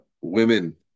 women